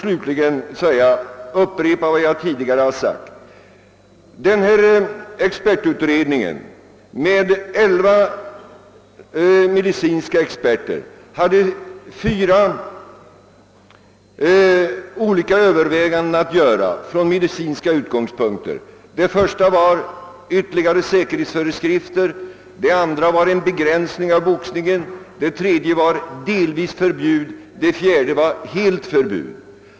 Slutligen vill jag upprepa vad jag sade tidigare, nämligen att de elva medicinska experterna i utredningen har haft fyra olika alternativ att välja på från medicinska utgångspunkter. Det första gällde ytterligare säkerhetsföreskrifter, det andra en begränsning av boxningen, det tredje ett partiellt förbud och det fjärde ett fullständigt förbud.